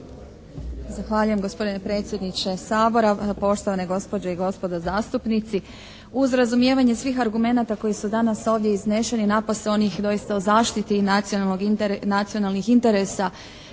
Zahvaljujem gospodine predsjedniče Sabora. Poštovane gospođe i gospodo zastupnici. Uz razumijevanje svih argumenata koji su danas ovdje izneseni, napose onih doista o zaštiti nacionalnih interesa